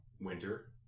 winter